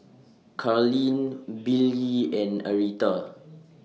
Carleen Billye and Aretha